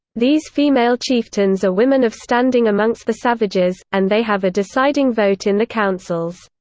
these female chieftains are women of standing amongst the savages, and they have a deciding vote in the councils.